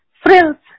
frills